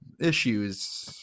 issues